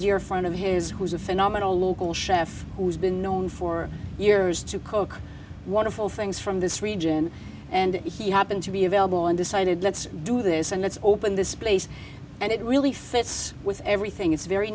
dear friend of his who is a phenomenal local sheriff who's been known for years to cook wonderful things from this region and he happened to be available and decided let's do this and it's open this place and it really fits with everything it's very